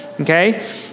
Okay